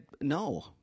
No